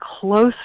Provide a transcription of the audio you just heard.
close